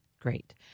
Great